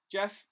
Jeff